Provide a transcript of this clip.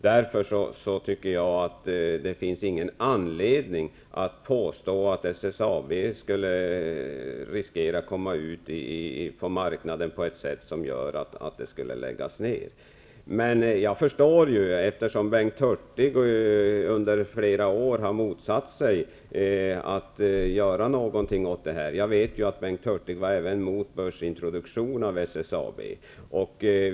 Därför tycker jag att det inte finns någon anledning att påstå att SSAB skulle riskera att komma ut på marknaden på ett sätt som skulle leda till att det lades ned. Men jag förstår uttalandet, eftersom Bengt Hurtig under flera år har motsatt sig att någonting görs åt situationen. Jag vet att Bengt Hurtig även var emot börsintroduktionen av SSAB.